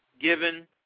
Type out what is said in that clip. given